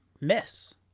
miss